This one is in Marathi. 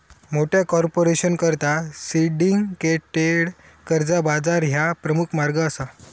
मोठ्या कॉर्पोरेशनकरता सिंडिकेटेड कर्जा बाजार ह्या प्रमुख मार्ग असा